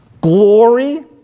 glory